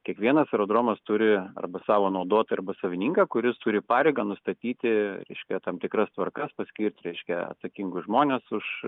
kiekvienas aerodromas turi arba savo naudotoją arba savininką kuris turi pareigą nustatyti reiškia tam tikras tvarkas paskirt reiškia atsakingus žmones už